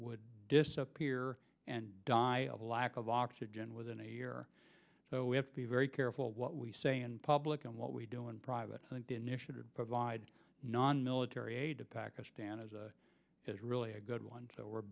would disappear and die of lack of oxygen within a year so we have to be very careful what we say in public and what we do in private initiative provide nonmilitary aid to pakistan as it is really a good ones that we're